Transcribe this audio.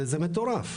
זה מטורף.